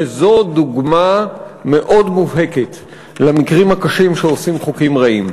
וזו דוגמה מאוד מובהקת למקרים הקשים שעושים חוקים רעים.